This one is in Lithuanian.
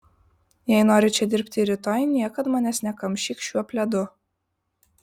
jei nori čia dirbti ir rytoj niekad manęs nekamšyk šiuo pledu